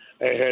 ahead